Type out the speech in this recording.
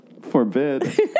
Forbid